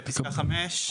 בפסקה (5),